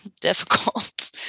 difficult